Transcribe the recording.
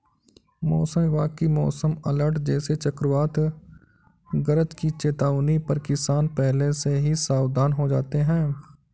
मौसम विभाग की मौसम अलर्ट जैसे चक्रवात गरज की चेतावनी पर किसान पहले से ही सावधान हो जाते हैं